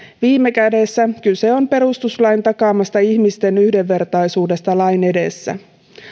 viime kädessä kyse on perustuslain takaamasta ihmisten yhdenvertaisuudesta lain edessä